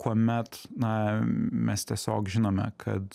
kuomet na mes tiesiog žinome kad